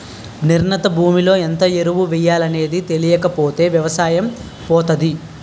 నిర్ణీత భూమిలో ఎంత ఎరువు ఎయ్యాలనేది తెలీకపోతే ఎవసాయం పోతాది